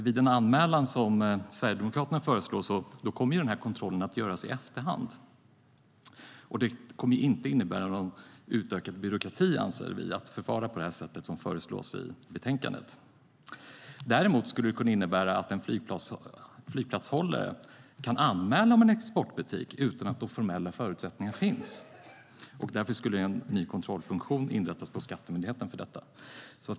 Vid en anmälan, som Sverigedemokraterna föreslår, kommer kontrollen att göras i efterhand. Det kommer inte att innebära någon utökad byråkrati, anser vi, att förfara på det sätt som föreslås i betänkandet. Däremot kan det innebära att en flygplatshållare kan anmäla en exportbutik utan att de formella förutsättningarna finns. Därför skulle en ny kontrollfunktion behöva inrättas på skattemyndigheten för detta.